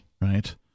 right